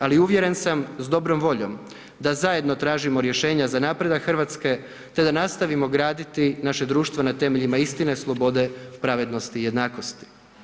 Ali, uvjeren sam, s dobrom voljom da zajedno tražimo rješenja za napredak Hrvatske te da nastavimo graditi naše društvo na temeljima istine, slobode, pravednosti i jednakosti.